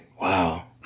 Wow